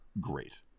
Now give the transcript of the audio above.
great